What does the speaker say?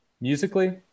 Musically